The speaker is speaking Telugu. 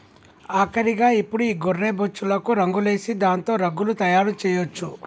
ఆఖరిగా ఇప్పుడు ఈ గొర్రె బొచ్చులకు రంగులేసి దాంతో రగ్గులు తయారు చేయొచ్చు